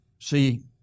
see